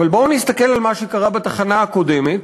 אבל בואו נסתכל על מה שקרה בתחנה הקודמת.